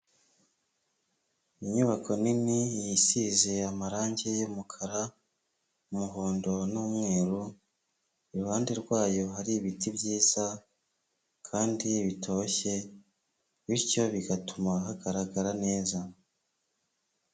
Inyubako nini yisize amarange y'umukara, umuhondo n'umweru, iruhande rwayo hari ibiti byiza kandi bitoshye bityo bigatuma hagaragara neza.